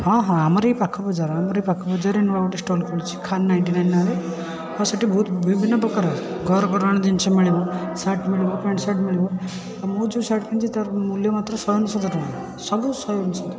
ହଁ ହଁ ଆମର ଏଇ ପାଖ ବଜାର ଆମର ଏଇ ପାଖ ବଜାରରେ ନୂଆ ଗୋଟେ ଷ୍ଟଲ୍ ଖୋଲିଚି ଖାନ ନାଇଁଣ୍ଟିନାଇନ ନାଁରେ ହଁ ସେଠି ବହୁତ ବିଭିନ୍ନ ପ୍ରକାର ଘରକରଣ ଜିନିଷ ମିଳିବ ଶାର୍ଟ ମିଳିବ ପାଣ୍ଟଶାର୍ଟ ମିଳିବ ଆଉ ମୁଁ ଯେଉଁ ଶାର୍ଟ ପିନ୍ଧିଛି ତା'ର ମୂଲ୍ୟ ମାତ୍ର ଶହେ ଅନେଶ୍ୱତ ଟଙ୍କା ସବୁ ଶହେ ଅନେଶ୍ୱତ